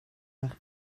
nach